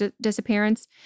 disappearance